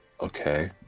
Okay